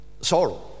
sorrow